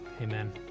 amen